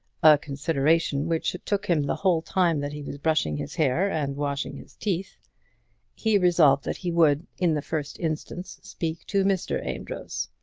consideration which took him the whole time that he was brushing his hair and washing his teeth he resolved that he would, in the first instance, speak to mr. amedroz.